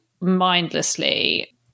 mindlessly